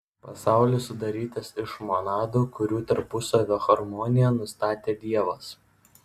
pasaulis sudarytas iš monadų kurių tarpusavio harmoniją nustatė dievas